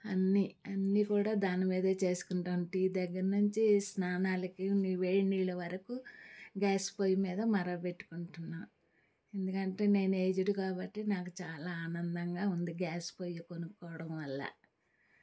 అన్ని అన్ని కూడా దాని మీదే చేసుకుంటాం టీ దగ్గర నుంచి స్నానాలకి వేడి నీళ్ల వరకు గ్యాస్ పొయ్యి మీద మరగబెట్టుకుంటున్నాం ఎందుకంటే నేను ఏజుడు కాబట్టి నాకు చాలా ఆనందంగా ఉంది గ్యాస్ పొయ్యి కొనుక్కోవడం వల్ల